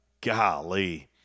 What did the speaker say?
golly